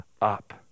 up